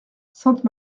sainte